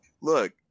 Look